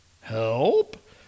help